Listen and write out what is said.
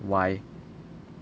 why